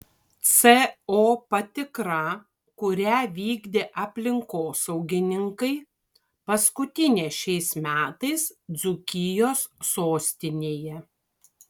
co patikra kurią vykdė aplinkosaugininkai paskutinė šiais metais dzūkijos sostinėje